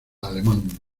alemán